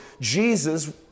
Jesus